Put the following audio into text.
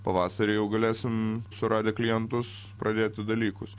pavasarį jau galėsim suradę klientus pradėti dalykus